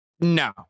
No